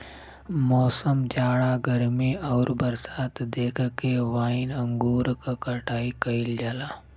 मौसम, जाड़ा गर्मी आउर बरसात देख के वाइन अंगूर क कटाई कइल जाला